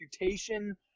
reputation